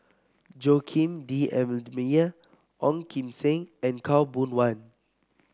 Joaquim D'Almeida Ong Kim Seng and Khaw Boon Wan